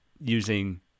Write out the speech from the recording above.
using